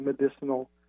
medicinal